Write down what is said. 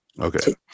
Okay